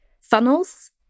funnels